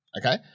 okay